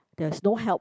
there's no help